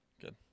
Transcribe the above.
Good